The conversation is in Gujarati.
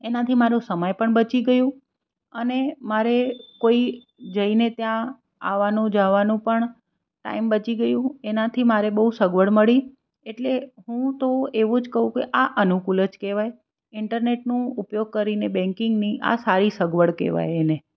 એનાથી મારો સમય પણ બચી ગયો અને મારે કોઈ જઈને ત્યાં આવવાનો જવાનો પણ ટાઈમ બચી ગયું એનાથી મારે બહુ સગવડ મળી એટલે હું તો એવું જ કહું કે આ અનુકૂળ જ કહેવાય ઇન્ટરનેટનો ઉપયોગ કરીને બેન્કિંગની આ સારી સગવડ કહેવાય એને